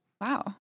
Wow